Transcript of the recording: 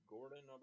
Gordon